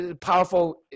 powerful